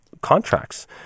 contracts